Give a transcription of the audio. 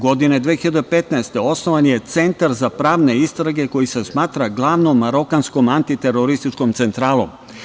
Godine 2015. osnovan je Centar za pravne istrage, koji se smatra glavnom marokanskom antiterorističkom centralom.